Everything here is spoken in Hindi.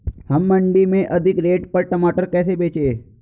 हम मंडी में अधिक रेट पर टमाटर कैसे बेचें?